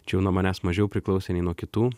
čia jau nuo manęs mažiau priklausė nei nuo kitų